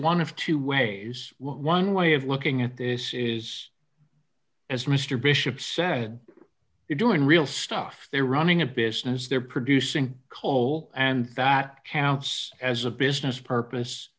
one of two ways one way of looking at this is as mr bishop said you're doing real stuff they're running a business they're producing coal and that counts as a business purpose